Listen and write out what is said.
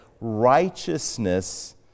righteousness